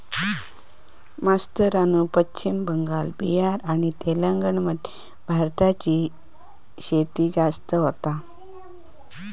मास्तरानू पश्चिम बंगाल, बिहार आणि तेलंगणा मध्ये भाताची शेती जास्त होता